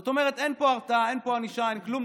זאת אומרת, אין פה הרתעה, אין פה ענישה, אין כלום.